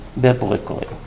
biblically